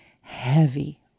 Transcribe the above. heavy